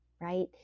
right